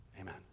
Amen